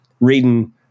reading